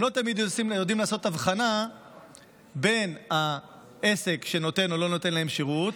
הם לא תמיד יודעים לעשות הבחנה בין העסק שנותן או לא נותן להם שירות,